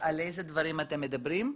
על איזה דברים אתם מדברים.